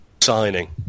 signing